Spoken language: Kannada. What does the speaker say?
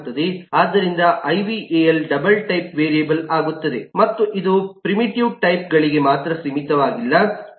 ಆದ್ದರಿಂದ I V A L double type variable ಆಗುತ್ತದೆ ಮತ್ತು ಇದು ಪ್ರಿಮಿಟಿವ್ ಟೈಪ್ಗಳಿಗೆ ಮಾತ್ರ ಸೀಮಿತವಾಗಿಲ್ಲ